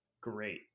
great